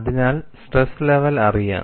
അതിനാൽ stress level അറിയാം